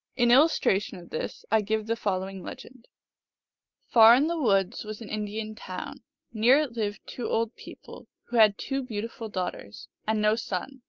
in illustration of this i give the following legend far in the woods was an indian town near it lived two old people, who had two beautiful daughters, and no son.